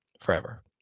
forever